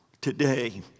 today